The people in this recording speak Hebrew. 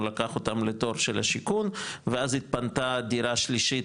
הוא לקח אותם לתור של השיכון ואז התפנתה דירה שלישית,